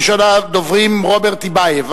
ראשון הדוברים, חבר הכנסת רוברט טיבייב.